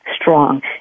strong